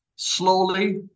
slowly